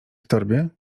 torbie